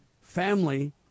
family